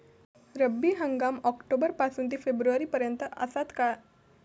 रब्बी हंगाम ऑक्टोबर पासून ते फेब्रुवारी पर्यंत आसात